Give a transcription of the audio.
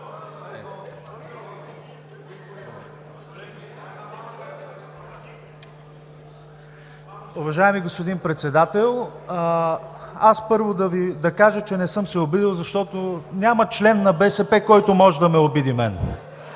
Уважаеми господин Председател, първо да кажа, че не съм се обидил, защото няма член на БСП, който мен може да ме обиди.